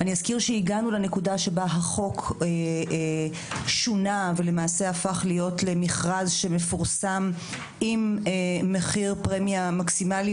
עצם זה שהחוק שונה והפך להיות למכרז שמפורסם עם מחיר פרמיה מקסימאלי,